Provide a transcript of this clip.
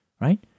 right